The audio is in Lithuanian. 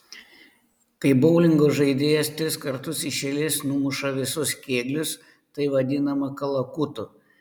kai boulingo žaidėjas tris kartus iš eilės numuša visus kėglius tai vadinama kalakutu